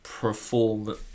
perform